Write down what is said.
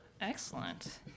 Excellent